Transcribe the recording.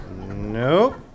Nope